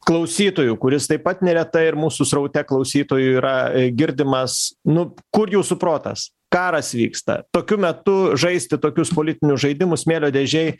klausytojų kuris taip pat neretai ir mūsų sraute klausytojų yra girdimas nu kur jūsų protas karas vyksta tokiu metu žaisti tokius politinius žaidimus smėlio dėžėj